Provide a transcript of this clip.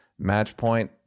Matchpoint